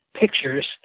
pictures